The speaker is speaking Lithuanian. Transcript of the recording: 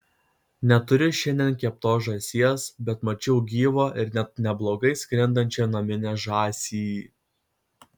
neturiu šiandien keptos žąsies bet mačiau gyvą ir net neblogai skrendančią naminę žąsį